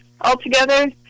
altogether